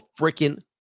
freaking